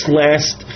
last